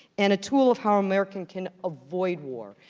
and a tool of how america can avoid war.